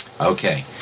Okay